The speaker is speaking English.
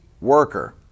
worker